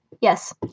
Yes